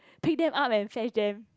pick them up and fetch them